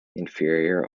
inferior